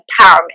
empowerment